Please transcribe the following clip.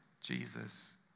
Jesus